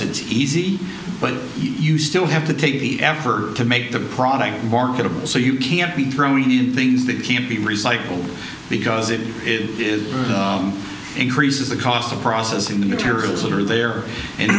it's easy but you still have to take the ever to make the product marketable so you can't be throwing in things that can't be recycled because it is increases the cost of processing the materials that are there and